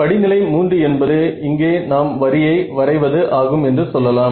படிநிலை 3 என்பது இங்கே நாம் வரியை வரைவது ஆகும் என்றும் சொல்லலாம்